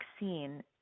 vaccine